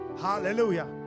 Hallelujah